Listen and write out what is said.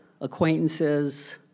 acquaintances